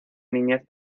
niñez